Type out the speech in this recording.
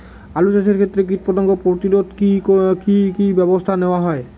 আলু চাষের ক্ষত্রে কীটপতঙ্গ প্রতিরোধে কি কী ব্যবস্থা নেওয়া হয়?